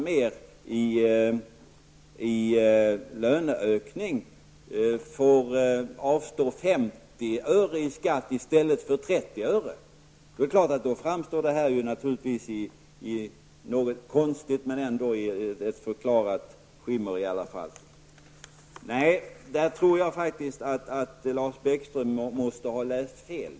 mer i löneökning får avstå 50 öre i skatt i stället för 30 öre, framstår detta naturligtvis i ett förklarat skimmer, även om det är något konstigt. Jag tror att Lars Bäckström här faktiskt har läst fel.